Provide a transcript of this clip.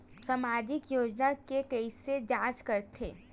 सामाजिक योजना के कइसे जांच करथे?